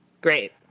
Great